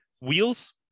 wheels